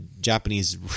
japanese